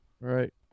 Right